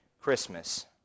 Christmas